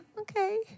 okay